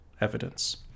evidence